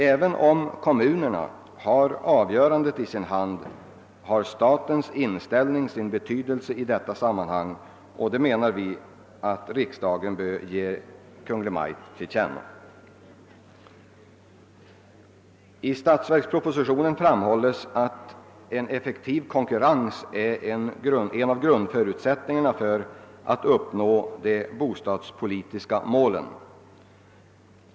även om kommunerna har avgörandet i sin hand, har statens inställning sin betydelse i detta sammanhang, och detta menar vi att riksdagen bör ge Kungl. Maj:t till känna. I statsverkspropositionen framhålles att en effektiv konkurrens är en av grundförutsättningarna för att uppnå de bostadspolitiska målen.